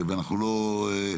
ואנחנו לא,